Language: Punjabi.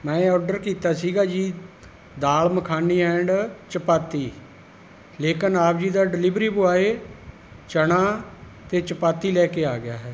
ਮੈਂ ਆਰਡਰ ਕੀਤਾ ਸੀ ਜੀ ਦਾਲ ਮੱਖਣੀ ਐਂਡ ਚਪਾਤੀ ਲੇਕਿਨ ਆਪ ਜੀ ਦਾ ਡਿਲੀਵਰੀ ਬੋਆਏ ਚਨਾ ਅਤੇ ਚਪਾਤੀ ਲੈ ਕੇ ਆ ਗਿਆ ਹੈ